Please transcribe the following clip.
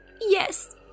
Yes